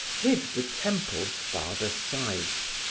hid the temple's farther sides,